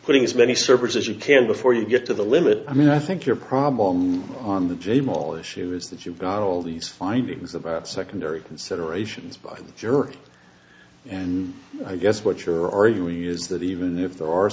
putting as many servers as you can before you get to the limit i mean i think your problem on the mall issue is that you've got all these findings about secondary considerations by your and i guess what you're are you use that even if there are